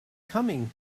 coming